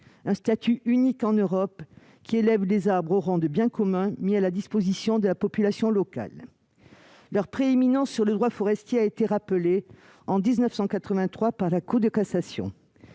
d'un statut unique en Europe, qui élève les arbres au rang de bien commun mis à la disposition de la population locale. Leur prééminence sur le droit forestier a été rappelée en 1983 par la Cour de cassation.